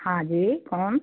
हाँ जी कौन